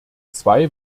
zwei